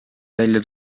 välja